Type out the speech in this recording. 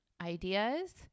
ideas